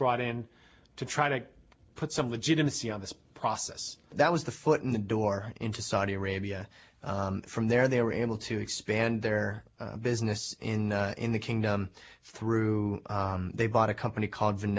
brought in to try to put some legitimacy on this process that was the foot in the door into saudi arabia from there they were able to expand their business in in the kingdom through they bought a company called